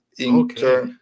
Okay